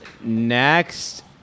Next